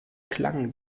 klang